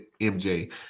MJ